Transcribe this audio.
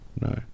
No